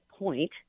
Point